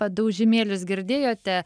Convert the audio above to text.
padaužymėlius girdėjote